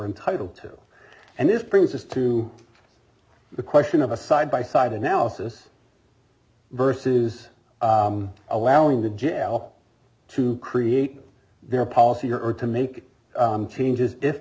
entitled to and this brings us to the question of a side by side analysis versus allowing the jail to create their policy earth to make changes if